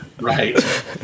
right